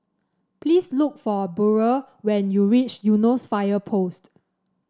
please look for Burrel when you reach Eunos Fire Post